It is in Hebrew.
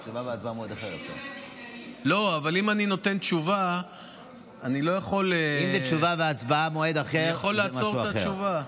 אם זה תשובה והצבעה במועד אחר, זה משהו אחר.